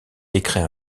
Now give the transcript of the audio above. décret